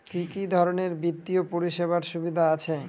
কি কি ধরনের বিত্তীয় পরিষেবার সুবিধা আছে?